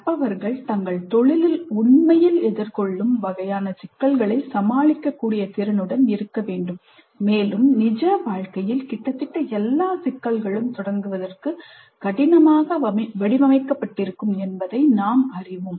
கற்பவர்கள் தங்கள் தொழிலில் உண்மையில் எதிர்கொள்ளும் வகையான சிக்கல்களைச் சமாளிக்க கூடிய திறனுடன் இருக்க வேண்டும் மேலும் நிஜ வாழ்க்கையில் கிட்டத்தட்ட எல்லா சிக்கல்களும் தொடங்குவதற்கு கடினமாக வடிவமைக்கப்பட்டிருக்கும் என்பதை நாம் அறிவோம்